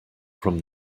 from